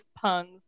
puns